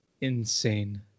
insane